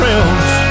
else